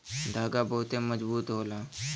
धागा बहुते मजबूत होला